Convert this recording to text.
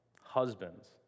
husbands